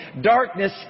Darkness